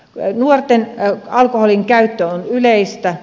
nuorten alkoholinkäyttö on yleistä